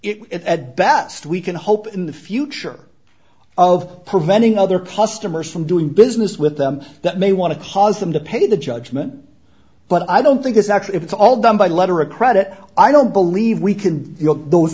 it at best we can hope in the future of preventing other costa merced from doing business with them that may want to cause them to pay the judgment but i don't think it's actually if it's all done by letter of credit i don't believe we can